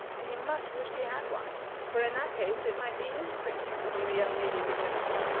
and he much wished he had one for in that case it might be his prince for whom the young lady was looking.